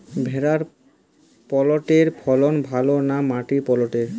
ভেরার পটলের ফলন ভালো না মাটির পটলের?